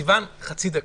סיוון, חצי דקה.